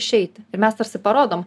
išeiti ir mes tarsi parodom